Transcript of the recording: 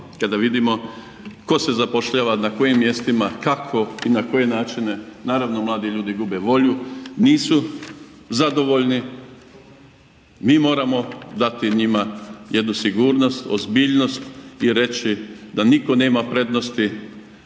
kada vidimo tko se zapošljava na kojim mjestima, kako i na koje načine, naravno mladi ljudi gube volju, nisu zadovoljni, mi moramo dati njima jednu sigurnost, ozbiljnost i reći da nitko nema prednost